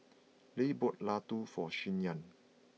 Leah bought Laddu for Shyann